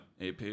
AP